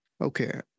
Okay